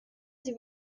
sie